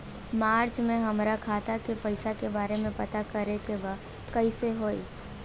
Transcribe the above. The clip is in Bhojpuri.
मार्च में हमरा खाता के पैसा के बारे में पता करे के बा कइसे होई?